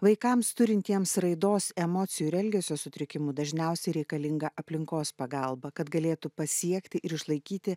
vaikams turintiems raidos emocijų ir elgesio sutrikimų dažniausiai reikalinga aplinkos pagalba kad galėtų pasiekti ir išlaikyti